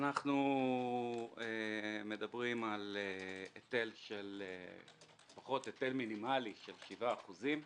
אנחנו מדברים על לפחות היטל מינימלי של 7%,